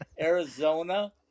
Arizona